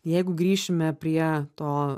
jeigu grįšime prie to